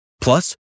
Plus